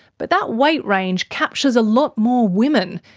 but that weight range captures a lot more women,